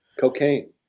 Cocaine